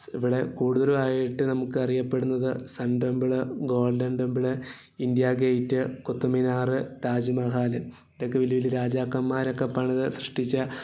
ഇവിടെ കൂടുതലും ആയിട്ട് നമ്മൾക്ക് അറിയപ്പെടുന്നത് Sun Temple Golden Temple India Gate Qutub Minar Taj Mahal ഇതൊക്കെ വലിയ വലിയ രാജാക്കന്മാരൊക്കെ പണിതു സൃഷ്ട്ടിച്ച